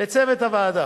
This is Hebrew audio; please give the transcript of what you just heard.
לצוות הוועדה,